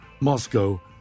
Moscow